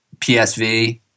PSV